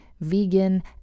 vegan